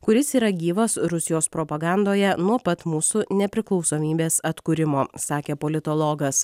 kuris yra gyvas rusijos propagandoje nuo pat mūsų nepriklausomybės atkūrimo sakė politologas